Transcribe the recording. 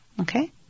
Okay